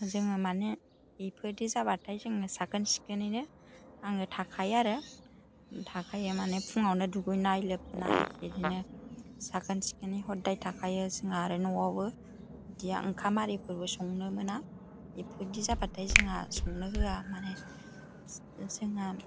जोङो माने बिफोरबायदि जाबाथाय जोङो साखोन सिखोनैनो आङो थाखायो आरो थाखायो माने फुङावनो दुगैनाय लोबनाय बिदिनो साखोन सिखोनै ह'दाय थाखायो जोंहा आरो न'आवबो बिदिया ओंखाम आरिखौबो संनो मोना बेफोर बायदि जाबाथाय जोंहा संनो होया माने जोंहा